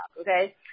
okay